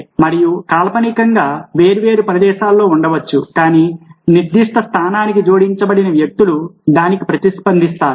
మరియు కాల్పనికముగా వేర్వేరు ప్రదేశాల్లో ఉండవచ్చు కానీ నిర్దిష్ట స్థానానికి జోడించబడిన వ్యక్తులు దానికి ప్రతిస్పందిస్తారు